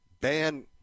Ban